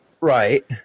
right